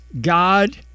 God